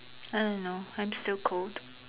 I don't know I'm still cold